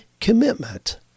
commitment